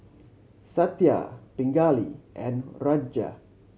Satya Pingali and Raja